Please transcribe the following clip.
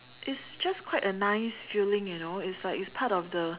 it's just quite a nice feeling you know it's like it's part of the